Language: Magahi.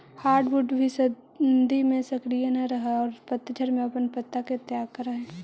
हार्डवुड भी सर्दि में सक्रिय न रहऽ हई औउर पतझड़ में अपन पत्ता के त्याग करऽ हई